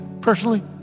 personally